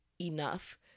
enough